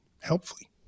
helpfully